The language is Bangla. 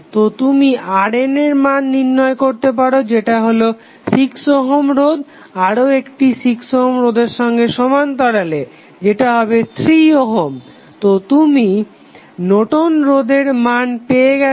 তো তুমি RN এর মান নির্ণয় করতে পারো যেটা হলো 6 ওহম রোধ আরও একটি 6 ওহম রোধের সঙ্গে সমান্তরালে যেটা হবে 3 ওহম তো এখন তুমি নর্টন রোধের Nortons resistance মান পেয়ে গেছো